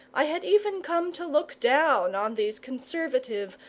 i had even come to look down on these conservative,